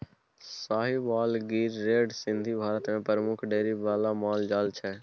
Sahiwal, Gir, red Sindhi Bharat मे प्रमुख dairy बला माल जाल छै